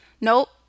nope